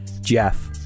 Jeff